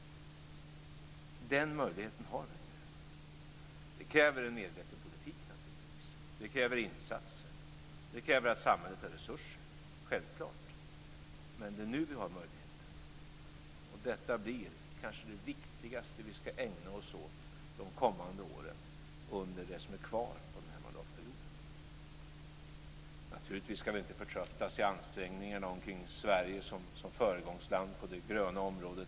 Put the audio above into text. Den möjligheten har vi nu. Det kräver naturligtvis en medveten politik. Det kräver insatser. Det kräver självklart att samhället har resurser. Men det är nu vi har möjligheten, och detta blir kanske det viktigaste som vi ska ägna oss åt under de kommande åren av det som är kvar av den här mandatperioden. Vi ska naturligtvis inte förtröttas i ansträngningarna omkring Sverige som föregångsland på det gröna området.